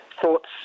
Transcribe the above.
thoughts